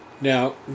Now